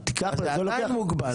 אז זה עדיין מוגבל.